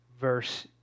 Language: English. verse